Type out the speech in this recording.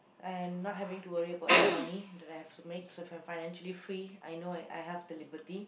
and not having to worry about the money that I have to make so I'm financially free I know I I have the liberty